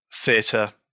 theatre